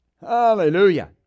Hallelujah